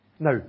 Now